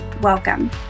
welcome